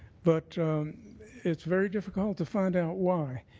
but it's very difficult to find out why.